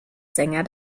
sänger